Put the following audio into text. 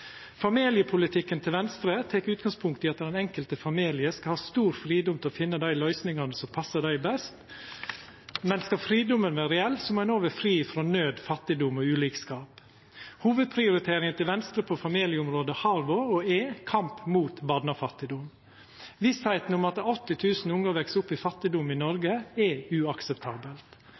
Familiepolitikken til Venstre tek utgangspunkt i at den enkelte familien skal ha stor fridom til å finna dei løysingane som passar dei best. Men skal fridomen vera reell, må ein òg vera fri frå naud, fattigdom og ulikskap. Hovudprioriteringa for Venstre på familieområdet har vore og er kamp mot barnefattigdom. Vissa om at 80 000 ungar veks opp i fattigdom i Noreg, er